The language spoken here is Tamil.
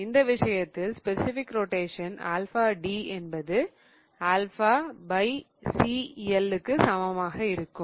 இந்த விஷயத்தில் ஸ்பெசிபிக் ரொட்டேஷன் ஆல்பா D என்பது C l க்கு சமமாக இருக்கும்